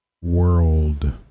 World